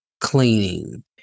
cleaning